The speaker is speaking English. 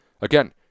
Again